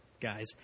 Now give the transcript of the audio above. guys